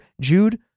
Jude